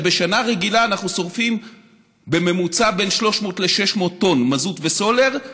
בשנה רגילה אנחנו שורפים בממוצע בין 300 ל-600 טונות מזוט וסולר.